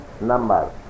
number